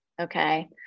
okay